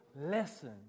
lesson